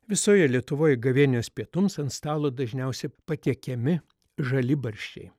visoje lietuvoj gavėnios pietums ant stalo dažniausiai patiekiami žalibarščiai